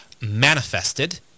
manifested